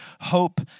hope